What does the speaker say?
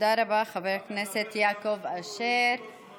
תודה רבה, חבר הכנסת יעקב אשר.